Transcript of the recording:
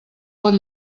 pot